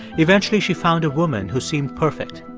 eventually, she found a woman who seemed perfect.